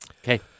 Okay